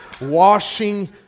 washing